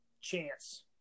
chance